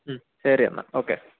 മ് ശെരിയെന്നാൽ ഓക്കെ